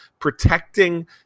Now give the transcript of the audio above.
protecting